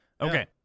Okay